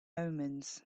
omens